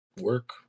work